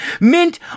Mint